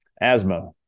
Asthma